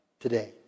today